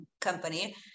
company